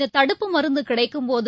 இந்த தடுப்ப மருந்து கிடைக்கும்போது